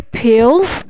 pills